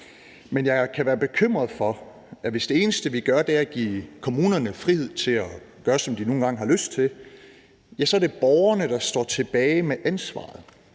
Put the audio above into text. men jeg kan være bekymret for, at hvis det eneste, vi gør, er at give kommunerne frihed til at gøre, som de nu engang har lyst til, så er det borgerne, der står tilbage med ansvaret,